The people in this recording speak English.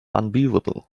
unbearable